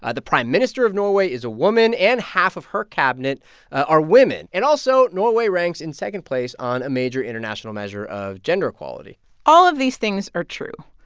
the prime minister of norway is a woman, and half of her cabinet are women. and also, norway ranks in second place on a major international measure of gender equality all of these things are true.